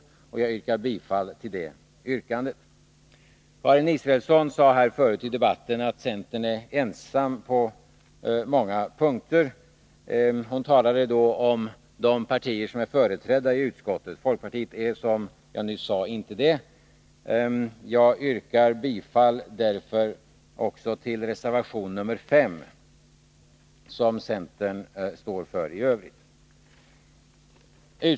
Vi yrkar att — under förutsättning av bifall till utskottets hemställan under mom. 1—den del av utskottets betänkande som på s. 3 börjar med ”Utskottet anser sig ---—” och på s. 4 slutar med ”barnfamiljerna.” bort ha följande lydelse: ”Utskottet delar de i motionerna framförda åsikterna att garantinivån inom föräldraförsäkringen bör höjas. Storleken på denna höjning bör dock prövas i ett vidare sammanhang inom ramen för den aviserade arbetsgrupp som skall göra en samlad översyn av det ekonomiska stödet till barnfamiljerna.” Jag yrkar bifall till detta yrkande. Karin Israelsson sade förut i debatten att centern är ensam på många "punkter. Hon talade då om de partier som är företrädda i utskottet. Folkpartiet är, som jag nyss sade, inte det. I detta sammanhang yrkar jag bifall till reservation 5, som centern står för.